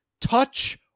touch